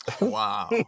wow